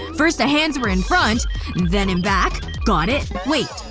first the hands were in front then in back. got it. wait.